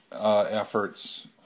efforts